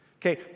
Okay